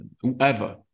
whoever